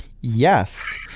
Yes